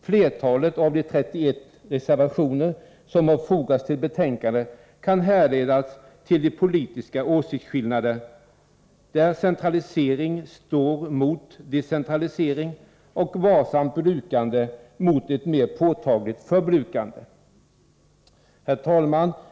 Flertalet av de 31 reservationer som har fogats till betänkandet kan härledas till politiska åsiktsskillnader, där centralisering står mot decentralisering och varsamt brukande mot ett mera påtagligt förbrukande. Herr talman!